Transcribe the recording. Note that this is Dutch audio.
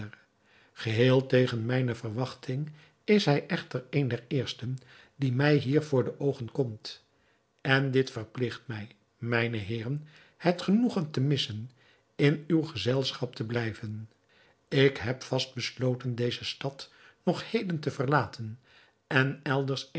geheel tegen mijne verwachting is hij echter een der eersten die mij hier voor de oogen komt en dit verpligt mij mijne heeren het genoegen te missen in uw gezelschap te blijven ik heb vast besloten deze stad nog heden te verlaten en elders